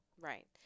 Right